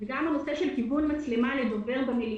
וגם הנושא של כיוון מצלמה במליאה.